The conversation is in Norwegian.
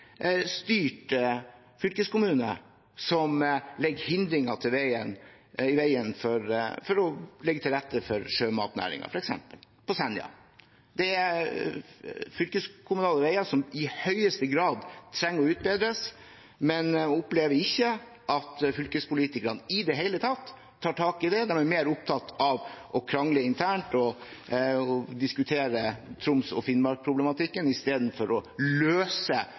er fylkeskommunale veier som i høyeste grad trenger å utbedres, men jeg opplever ikke at fylkespolitikerne tar tak i det i det hele tatt. De er mer opptatt av å krangle internt og diskutere Troms og Finnmark-problematikken enn av å løse